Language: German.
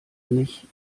mich